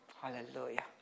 Hallelujah